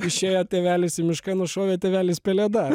išėjo tėvelis į mišką nušovė tėvelis pelėdą